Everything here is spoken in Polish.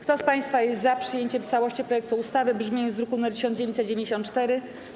Kto z państwa jest za przyjęciem w całości projektu ustawy w brzmieniu z druku nr 1994?